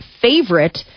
favorite